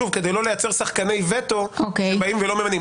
שוב, כדי לא לייצר שחקני וטו שבאים ולא ממנים.